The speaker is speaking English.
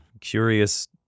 curious